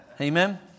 Amen